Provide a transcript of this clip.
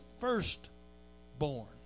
firstborn